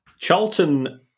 Charlton